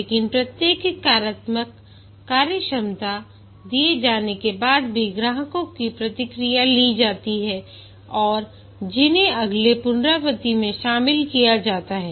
लेकिन प्रत्येक कार्यात्मक कार्यक्षमता दिए जाने के बाद भी ग्राहकों की प्रतिक्रिया ली जाती है और जिन्हें अगले पुनरावृत्ति में शामिल किया जाता है